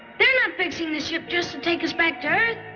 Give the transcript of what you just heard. they're not fixing the ship just to take us back to earth.